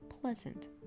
pleasant